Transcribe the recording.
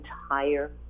entire